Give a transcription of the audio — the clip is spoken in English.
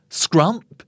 scrump